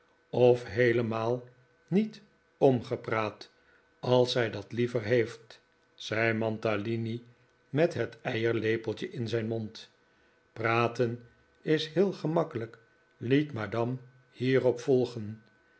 of heelemaal niet omgepraat als zij dat liever heeft zei mantalini met het eierlepeltje in zijn mond praten is heel gemakkelijk liet madame hierop volgen